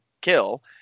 kill